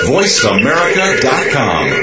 VoiceAmerica.com